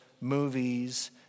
movies